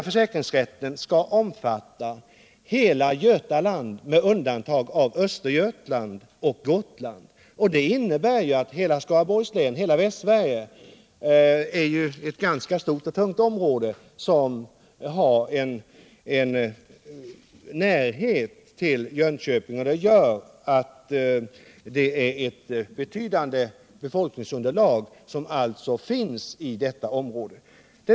Försäkringsrätten skall nämligen omfatta hela Götaland med undantag av Östergötland och Gotland, och Jönköping ligger ju centralt i förhållande till hela Västsverige, som är ett ganska stort och tungt område. Det finns alltså ett betydande befolkningsunderlag i detta område.